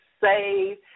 save